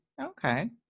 okay